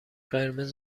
قرمز